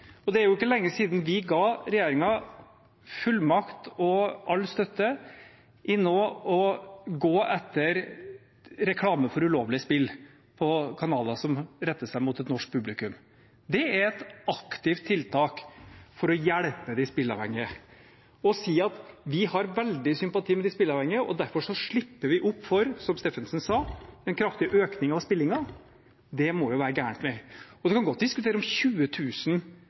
Det er ikke lenge siden vi ga regjeringen fullmakt og all støtte til å gå etter reklame for ulovlig spill på kanaler som retter seg mot et norsk publikum. Det er et aktivt tiltak for å hjelpe de spilleavhengige. Å si at vi har veldig sympati med de spilleavhengige og derfor slipper vi opp for, som Steffensen sa, en kraftig økning av spillingen – det må være gal vei. Vi kan godt diskutere om